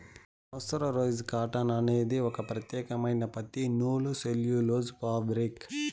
mercerised cotton అనేది ఒక ప్రత్యేకమైన పత్తి నూలు సెల్యులోజ్ ఫాబ్రిక్